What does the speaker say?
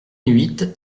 huit